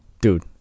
Dude